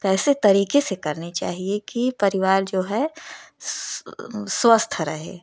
कैसे तरीके से करनी चाहिए कि परिवार जो है स्वस्थ रहे